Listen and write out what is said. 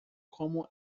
como